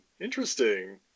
Interesting